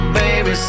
baby